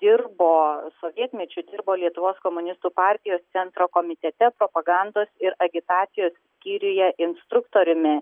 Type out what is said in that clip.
dirbo sovietmečiu dirbo lietuvos komunistų partijos centro komitete propagandos ir agitacijos skyriuje instruktoriumi